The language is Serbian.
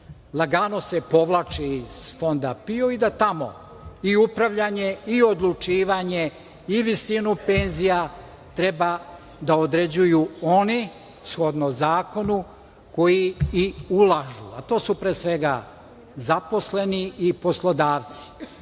lagano se povlači iz Fonda PIO i da tamo i upravljanje i odlučivanje i visinu penzija treba da određuju oni, shodno zakonu, koji i ulažu, a to su pre svega zaposleni i poslodavci.